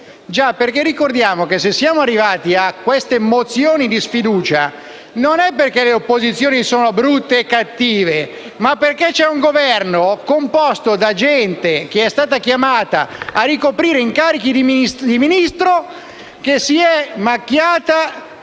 perché ricordiamo che, se siamo arrivati a queste mozioni di sfiducia, non è perché le opposizioni sono brutte e cattive, ma perché c'è un Governo composto da gente che è stata chiamata a ricoprire incarichi di Ministro e che si è macchiata